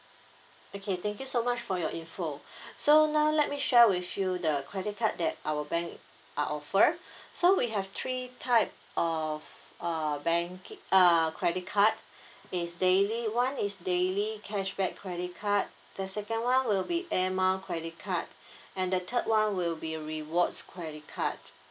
okay thank you so much for your info so now let me share with you the credit card that our bank are offer so we have three type of uh bank ci~ uh credit card is daily one is daily cashback credit card the second one will be air mile credit card and the third one will be rewards credit card